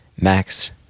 Max